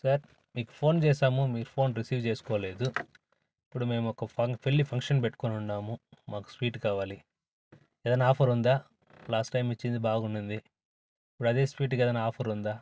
sir మీకు phone చేశాము మీరు ఫోన్ రిసీవ్ చేసుకోలేదు ఇప్పుడు మేము ఒక ఫం పెళ్లి ఫంక్షన్ పెట్టుకోని ఉన్నాము మాకు స్వీట్ కావాలి ఏదైనా ఆఫర్ ఉందా లాస్ట్ టైం ఇచ్చింది బాగుంది ఇప్పుడు అదే స్వీట్కు ఏదైనా ఆఫర్ ఉందా